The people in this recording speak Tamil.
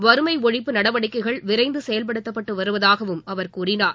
வறுமை ஒழிப்பு நடவடிக்கைகள் விரைந்து செயல்படுத்தப்பட்டு வருவதாகவும் அவர் கூறினார்